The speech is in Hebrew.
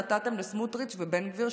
נתתם לסמוטריץ' ובן גביר,